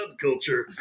subculture